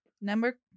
Number